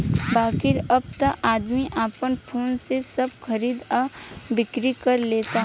बाकिर अब त आदमी आपन फोने से सब खरीद आ बिक्री कर लेता